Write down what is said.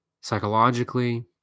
psychologically